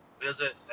visit